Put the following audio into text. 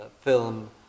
film